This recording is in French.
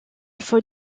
faut